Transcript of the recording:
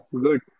Good